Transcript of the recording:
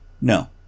No